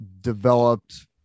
developed